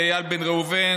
לאיל בן ראובן,